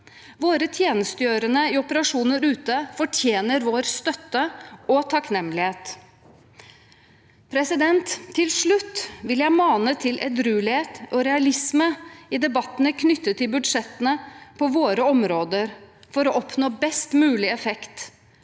Våre tjenestegjøren de i operasjoner ute fortjener vår støtte og takknemlighet. Til slutt vil jeg mane til edruelighet og realisme i debattene knyttet til budsjettene på våre områder, for å oppnå best mulig effekt.